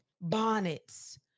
bonnets